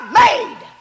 made